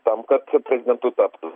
tam kad prezidentu taptų